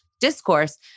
discourse